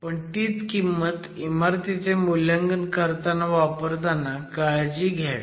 पण तीच किंमत इमारतीचे मुल्यांकन करताना वापरताना काळजी घ्यावी